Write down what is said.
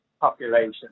population